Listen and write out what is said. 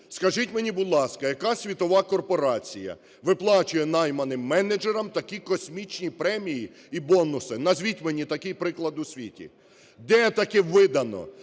Скажіть мені, будь ласка, яка світова корпорація виплачує найманим менеджерам такі космічні премії і бонуси? Назвіть мені такий приклад у світі. Де таке видано,